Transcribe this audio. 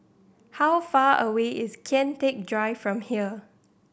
how far away is Kian Teck Drive from here